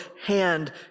hand